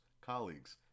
colleagues